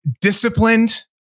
disciplined